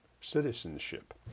citizenship